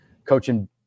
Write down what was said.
coaching